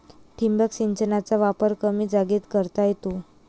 ठिबक सिंचनाचा वापर कमी जागेत करता येतो